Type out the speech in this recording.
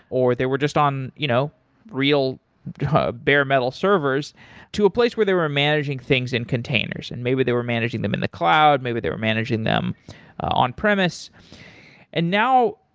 or they were just on you know real ah bare-metal servers to a place where they are managing things in containers and maybe they were managing them in the cloud, maybe they were managing them on premise and now,